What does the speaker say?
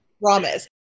promise